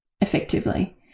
effectively